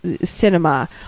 cinema